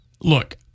look